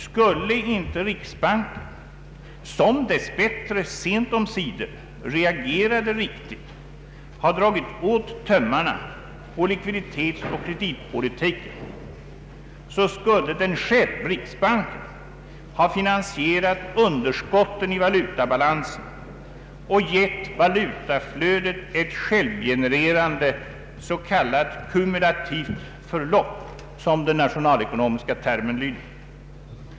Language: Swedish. Skulle inte riksbanken, som dess bättre sent omsider reagerade riktigt, ha dragit åt tömmarna på likviditetsoch kreditpolitiken, så skulle den själv ha finansierat underskotten i valutabalansen och gett valutautflödet ett självgenererande s.k. kumulativt förlopp, som den nationalekonomiska termen lyder.